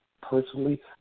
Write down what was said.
personally